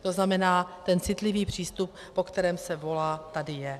To znamená, ten citlivý přístup, po kterém se volá, tady je.